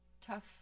tough